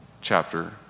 chapter